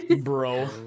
bro